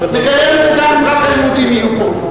נקיים את זה גם אם רק היהודים יהיו פה.